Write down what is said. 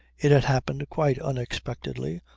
it had happened quite unexpectedly,